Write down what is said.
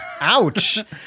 ouch